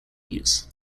use